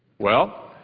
well,